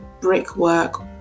brickwork